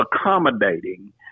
accommodating